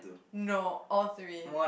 no all three